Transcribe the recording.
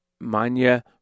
Manya